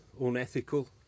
unethical